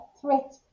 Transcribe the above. threat